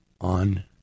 on